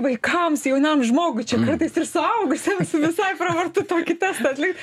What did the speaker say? vaikams jaunam žmogui čia kartais ir suaugusiems visai pravartu tokį testą atlikt